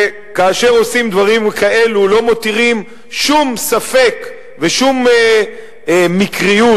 וכאשר עושים דברים כאלו לא מותירים שום ספק ושום מקריות,